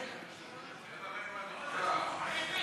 חברת הכנסת לימור לבנת, חשוב לציין.